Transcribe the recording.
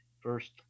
first